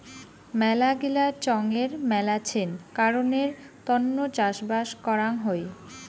মেলাগিলা চঙের মেলাছেন কারণের তন্ন চাষবাস করাং হই